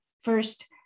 First